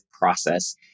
process